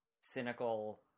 cynical